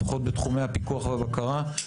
לפחות בתחומי הפיקוח והבקרה,